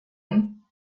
vont